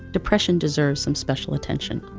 depression deserves some special attention.